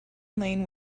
lane